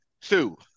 two